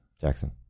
Jackson